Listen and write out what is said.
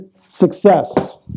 success